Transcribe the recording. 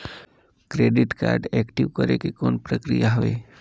Credit card active करे के कौन प्रक्रिया हवे?